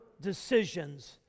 decisions